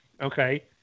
okay